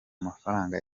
mafaranga